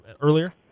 earlier